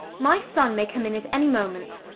my son may come in at any moment.